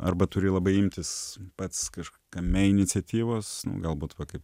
arba turi labai imtis pats kažkame iniciatyvosnu galbūt va kaip